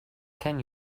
can